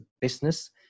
business